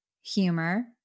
humor